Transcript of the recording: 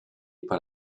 par